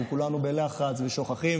אנחנו כולנו בלחץ ושוכחים,